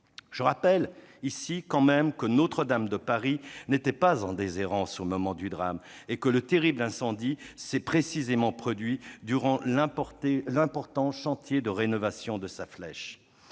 Je rappelle tout de même que Notre-Dame de Paris n'était pas en déshérence au moment du drame et que le terrible incendie s'est précisément produit durant l'important chantier de rénovation de sa flèche.